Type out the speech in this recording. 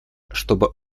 чтобы